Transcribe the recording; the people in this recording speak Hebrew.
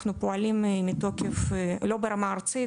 אנחנו פועלים מתוקף לא ברמה ארצית,